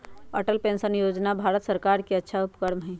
Atal pension योजना भारत सर्कार के अच्छा उपक्रम हई